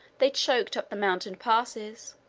they choked up the mountain passes,